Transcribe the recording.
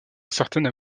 incertaine